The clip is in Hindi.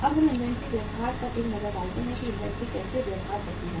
अब हम इन्वेंट्री व्यवहार पर एक नजर डालते हैं कि इन्वेंट्री कैसे व्यवहार करती है